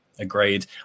agreed